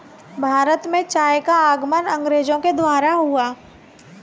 भारत में चाय का आगमन अंग्रेजो के द्वारा हुआ